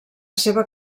seva